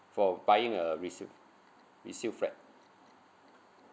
for buying a resale resale flat